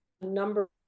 number